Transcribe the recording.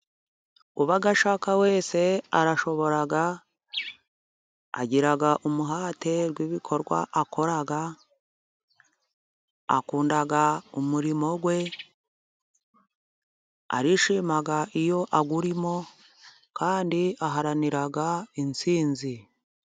Uba ashaka wese arashobora, agira umuhate w'ibikorwa akora, akunda umurimo we, arishima iyo awurimo, kandi aharanira intsinzi.